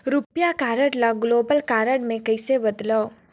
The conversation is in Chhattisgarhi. रुपिया कारड ल ग्लोबल कारड मे कइसे बदलव?